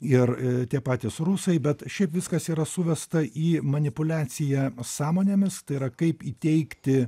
ir tie patys rusai bet šiaip viskas yra suvesta į manipuliaciją sąmonėmis tai yra kaip įteigti